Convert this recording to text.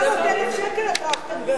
עלה לנו 700,000 שקל הטרכטנברג הזה.